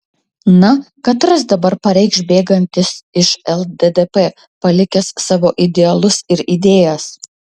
na katras dabar pareikš bėgantis iš lddp palikęs savo idealus ir idėjas